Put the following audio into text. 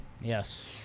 Yes